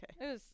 Okay